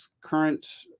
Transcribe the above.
current